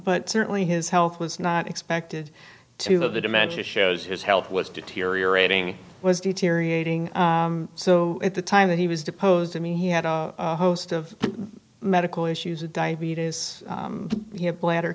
but certainly his health was not expected to live the dementia shows his health was deteriorating he was deteriorating so at the time that he was deposed i mean he had a host of medical issues with diabetes he had bladder